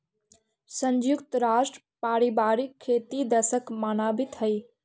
संयुक्त राष्ट्र पारिवारिक खेती दशक मनावित हइ